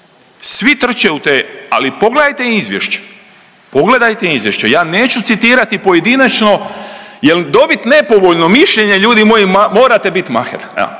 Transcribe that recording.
Svi trče u te ali pogledajte izvješća, pogledajte izvješća. Ja neću citirati pojedinačno jer dobiti nepovoljno mišljenje ljudi moji morate biti maher,